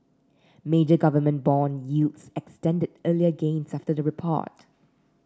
major government bond yields extended earlier gains after the report